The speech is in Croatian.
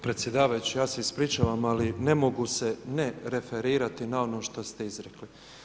Predsjedavajući ja se ispričavam ali ne mogu se ne referirati na ono što ste izrekli.